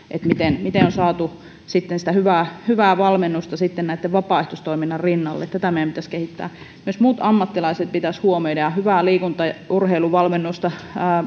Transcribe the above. että miten on saatu hyvää hyvää valmennusta vapaaehtoistoiminnan rinnalle tätä meidän pitäisi kehittää myös muut ammattilaiset pitäisi huomioida ja hyvää liikunta ja urheiluvalmennusta